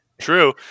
true